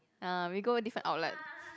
ah we go different outlet